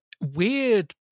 weird